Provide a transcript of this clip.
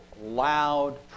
loud